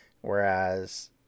Whereas